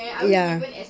ya